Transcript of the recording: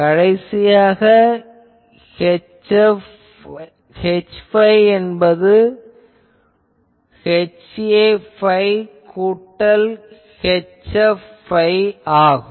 கடைசியாக Hϕ என்பது ϕ கூட்டல் ϕ ஆகும்